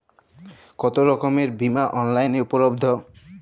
কতোরকমের বিমা অনলাইনে উপলব্ধ?